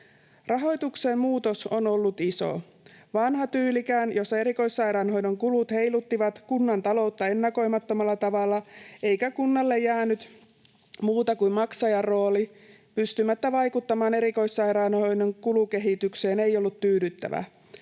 Rahoituksen muutos on ollut iso. Vanha tyylikään, jossa erikoissairaanhoidon kulut heiluttivat kunnan taloutta ennakoimattomalla tavalla eikä kunnalle jäänyt muuta kuin maksajan rooli pystymättä vaikuttamaan erikoissairaanhoidon kulukehitykseen, ei ollut tyydyttävä.